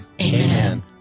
Amen